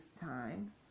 time